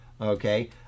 okay